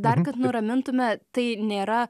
dar kad nuramintume tai nėra